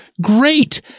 Great